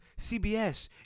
CBS